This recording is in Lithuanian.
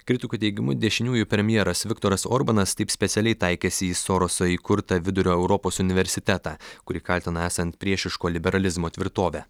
kritikų teigimu dešiniųjų premjeras viktoras orbanas taip specialiai taikėsi į soroso įkurtą vidurio europos universitetą kurį kaltino esant priešiško liberalizmo tvirtove